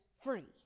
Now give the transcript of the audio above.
free